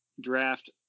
draft